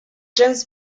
james